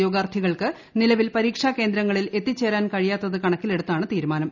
ഉദ്യോഗാർത്ഥികൾക്ക് നിലവിൽ പരീക്ഷാകേന്ദ്രങ്ങളിൽ എത്തിച്ചേരാൻ കഴിയാത്തത് കണക്കിലെടുത്താണ് തീരുമാനം